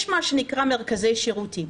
יש מה שנקרא מרכזי שירותים,